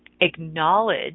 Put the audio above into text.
Acknowledge